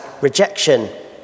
rejection